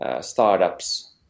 startups